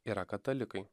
yra katalikai